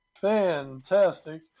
fantastic